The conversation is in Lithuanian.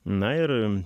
na ir